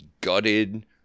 gutted